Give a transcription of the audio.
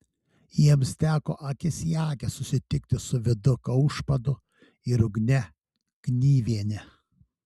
jiems teko akis į akį susitikti su vidu kaušpadu ir ugne knyviene